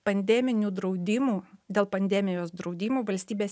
pandeminių draudimų dėl pandemijos draudimų valstybės